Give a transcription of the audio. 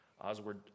Oswald